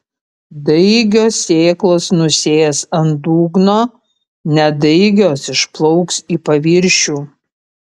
daigios sėklos nusės ant dugno nedaigios išplauks į paviršių